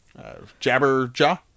Jabberjaw